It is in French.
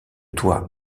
toit